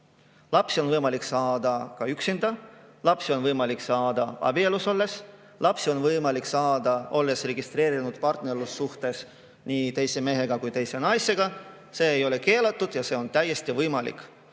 Lapsi on võimalik saada ka üksinda, lapsi on võimalik saada abielus olles, lapsi on võimalik saada, olles registreeritud partnerlussuhtes nii teise mehega kui ka teise naisega. See ei ole keelatud ja see on täiesti võimalik.